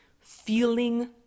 feeling